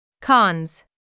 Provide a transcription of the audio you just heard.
Cons